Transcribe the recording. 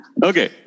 Okay